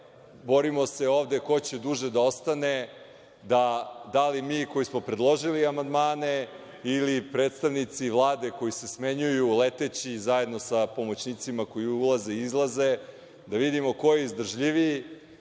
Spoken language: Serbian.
borimo se ovde ko će duže da ostane, da li mi koji smo predložili amandmane ili predstavnici Vlade koji se smenjuju, leteći zajedno sa pomoćnicima koji ulaze i izlaze, da vidimo ko je izdržljiviji.